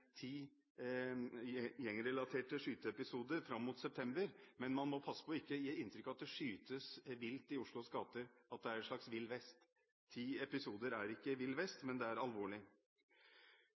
gjengrelaterte skyteepisoder fram mot september. Man må passe på for ikke å gi et inntrykk av at det skytes vilt i Oslos gater, at det er vill vest. Ti episoder er ikke vill vest, men det er alvorlig.